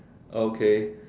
okay